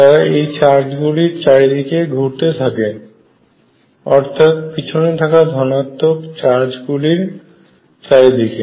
তারা এই চার্জ গুলির চারিদিকে ঘুরতে থাকে অর্থাৎ পিছনে থাকা ধনাত্মক চার্জ গুলির চারিদিকে